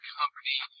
company